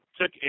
Took